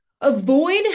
Avoid